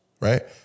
right